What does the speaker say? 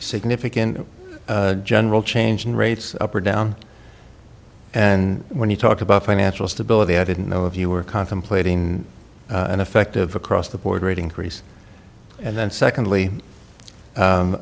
significant general change in rates up or down and when you talk about financial stability i didn't know if you were contemplating an effective across the board rate increase and then secondly